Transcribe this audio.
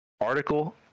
article